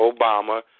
Obama